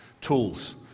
tools